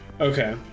Okay